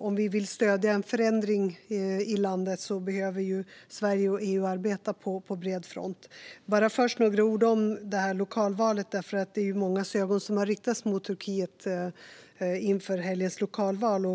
och vill vi stödja en förändring i landet behöver Sverige och EU arbeta på bred front. Låt mig säga något om lokalvalet, för mångas ögon riktades mot Turkiet inför helgens lokalval.